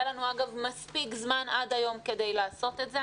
היה לנו, אגב, מספיק זמן עד היום כדי לעשות את זה.